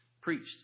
preached